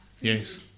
Yes